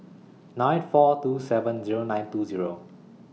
nine four two seven Zero nine two Zero